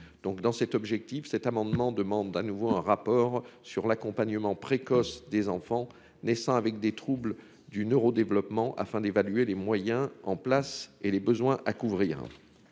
donc dans cet objectif, cet amendement demande à nouveau un rapport sur l'accompagnement précoce des enfants naissant avec des troubles du neuro-développement afin d'évaluer les moyens en place et les besoins à couvrir.